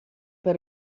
per